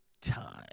time